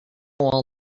all